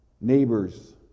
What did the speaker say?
Neighbors